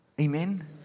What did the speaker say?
Amen